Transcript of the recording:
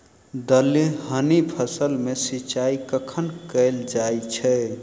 दलहनी फसल मे सिंचाई कखन कैल जाय छै?